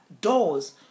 doors